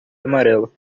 amarelo